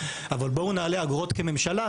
אבל בואו נעלה אגרות בממשלה,